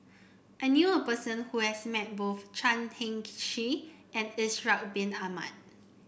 I knew a person who has met both Chan Heng Chee and Ishak Bin Ahmad